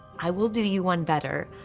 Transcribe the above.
i will do you one better.